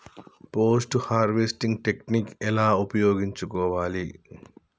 Post harvesting technique ఎలా ఉపయోగించుకోవాలి?